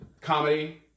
Comedy